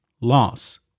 loss